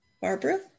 Barbara